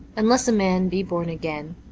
unless a man be born again,